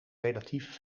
relatief